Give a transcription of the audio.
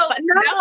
no